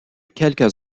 quelques